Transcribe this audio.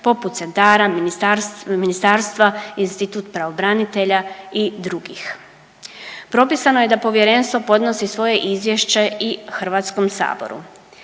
poput centara, Ministarstva, institut pravobranitelja i dr. Propisano je da Povjerenstvo podnosi svoje izvješće i HS-u.